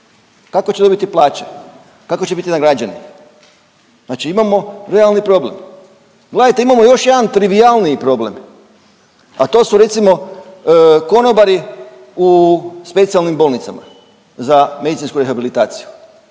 Kako će dobiti plaće? Kako će biti nagrađeni? Znači imamo realni problem. Gledajte imamo još jedan trivijalniji problem, a to su recimo konobari u specijalnim bolnicama za medicinsku rehabilitaciju.